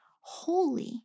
holy